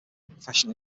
professional